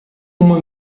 uma